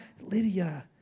Lydia